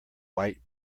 white